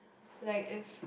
like if